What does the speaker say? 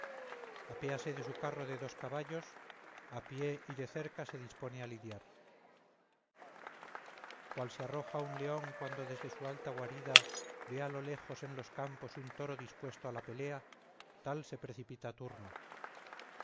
venas apéase de su carro de dos caballos a pie y de cerca se dispone a lidiar cual se arroja un león cuando desde su alta guarida ve a lo lejos en los campos un toro dispuesto a la pelea tal se precipita turno